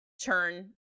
turn